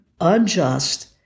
unjust